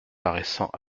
paraissant